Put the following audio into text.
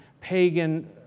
pagan